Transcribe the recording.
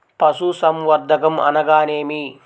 పశుసంవర్ధకం అనగానేమి?